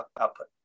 output